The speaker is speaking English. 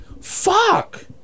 fuck